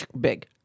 big